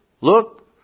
Look